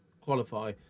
qualify